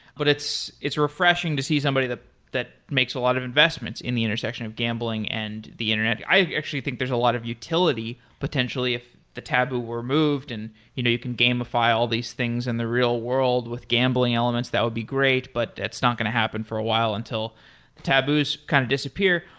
but it's it's refreshing to see somebody the that makes a lot of investments in the intersection of gambling and the internet. i actually think there's a lot of utility potentially if the taboo were moved and you know you can gamify all these things in and the real world with gambling elements, that would be great, but it's not going to happen for a while until taboos kind of disappear.